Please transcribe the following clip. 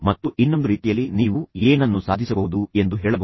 ಮತ್ತು ಇನ್ನೊಂದು ರೀತಿಯಲ್ಲಿ ನೀವು ಏನನ್ನು ಸಾಧಿಸಬಹುದು ಎಂದು ಹೇಳಬಹುದು